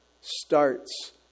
starts